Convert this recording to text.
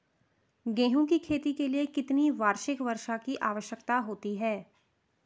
गेहूँ की खेती के लिए कितनी वार्षिक वर्षा की आवश्यकता होती है?